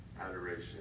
Adoration